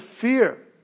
fear